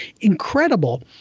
incredible